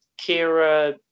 Kira